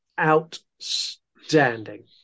outstanding